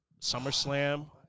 SummerSlam